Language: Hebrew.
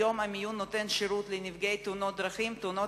היום חדר המיון נותן שירות לנפגעי תאונות דרכים ותאונות